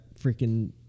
freaking